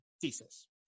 thesis